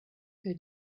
good